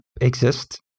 exist